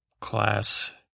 class